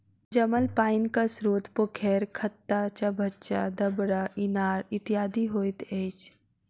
जमल पाइनक स्रोत पोखैर, खत्ता, चभच्चा, डबरा, इनार इत्यादि होइत अछि